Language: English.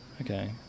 okay